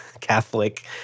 Catholic